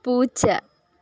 പൂച്ച